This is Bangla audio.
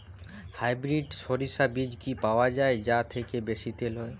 হাইব্রিড শরিষা বীজ কি পাওয়া য়ায় যা থেকে বেশি তেল হয়?